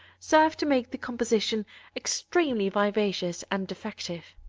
serve to make the composition extremely vivacious and effective.